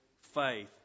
faith